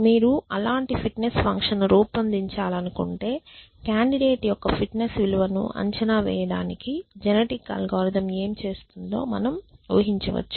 మీరు అలాంటి ఫిట్నెస్ ఫంక్షన్ను రూపొందించాలనుకుంటే కాండిడేట్ యొక్క ఫిట్నెస్ విలువను అంచనా వేయడానికి జెనెటిక్ అల్గోరిథం ఏమి చేస్తుందో మనం ఊహించవచ్చు